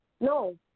No